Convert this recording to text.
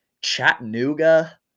Chattanooga